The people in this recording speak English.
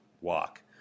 walk